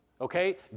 okay